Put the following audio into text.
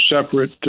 separate